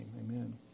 amen